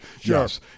Yes